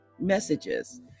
messages